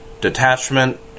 detachment